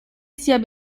sia